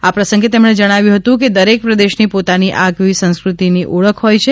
આ પ્રસંગે તેમણે જણાવ્યું હતું કે દરેક પ્રદેશની પોતાની આગવી સાંસ્ક્રતિક ઓળખ હોય છે